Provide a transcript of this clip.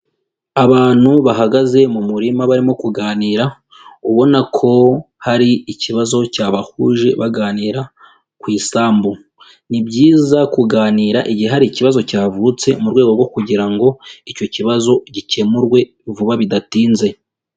Abantu bahagaze mu murima barimo kuganira, ubona ko hari ikibazo cyabahuje baganira ku isambu, ni byiza kuganira igihe hari ikibazo cyavutse mu rwego rwo kugira ngo icyo kibazo gikemurwe vuba bidatinze.